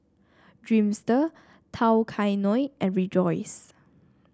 Dreamster Tao Kae Noi and Rejoice